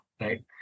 right